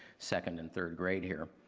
second and third grade here